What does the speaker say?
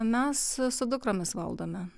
mes su dukromis valdome